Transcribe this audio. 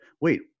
wait